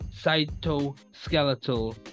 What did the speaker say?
cytoskeletal